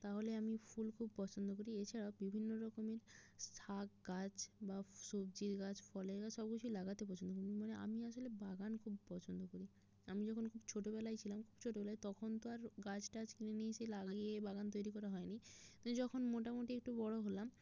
তাহলে আমি ফুল খুব পছন্দ করি এছাড়াও বিভিন্ন রকমের শাক গাছ বা সবজির গাছ ফলের গাছ সব কিছুই লাগাতে পছন্দ মানে আমি আসলে বাগান খুব পছন্দ করি আমি যখন খুব ছোটোবেলায় ছিলাম ছোটোবেলায় তখন তো আর গাছ টাছ কিনে নিয়ে এসে লাগিয়ে বাগান তৈরি করা হয়নি তাই যখন মোটামুটি একটু বড় হলাম